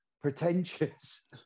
pretentious